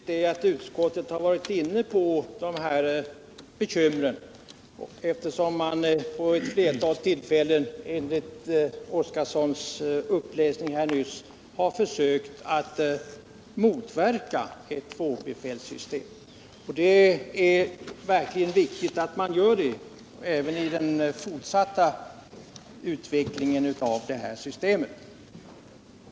Herr talman! Utskottet har tydligen varit inne på dessa bekymmer, eftersom det vid ett flertal tillfällén enligt Gunnar Oskarsons uppläsning nyss har försökt motverka ett tvåbefälssystem. Det är verkligen viktigt att man gör det även i den fortsatta utvecklingen av detta system.